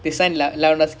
oh ஆமா:aamaa